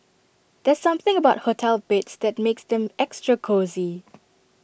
there's something about hotel beds that makes them extra cosy